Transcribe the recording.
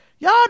Y'all